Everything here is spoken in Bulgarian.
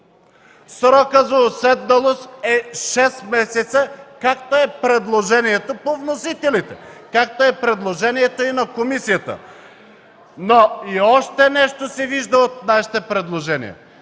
Срокът за уседналост е 6 месеца, както е предложението по вносителите, както е предложението и на комисията. Но и още нещо се вижда от нашите предложения.